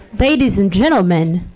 ladies and gentlemen,